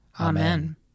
Amen